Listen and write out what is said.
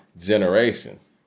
generations